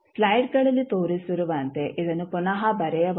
ಸ್ಲೈಡ್ಗಳಲ್ಲಿ ತೋರಿಸಿರುವಂತೆ ಇದನ್ನು ಪುನಃ ಬರೆಯಬಹುದು